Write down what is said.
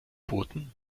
booten